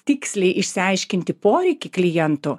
tiksliai išsiaiškinti poreikį klientų